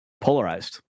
polarized